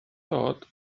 dod